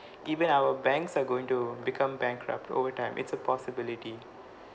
given our banks are going to become bankrupt over time it's a possibility